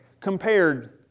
compared